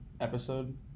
episode